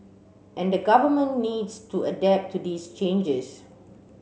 and the government needs to adapt to these changes